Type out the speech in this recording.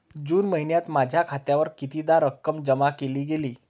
जून महिन्यात माझ्या खात्यावर कितीदा रक्कम जमा केली गेली?